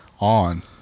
on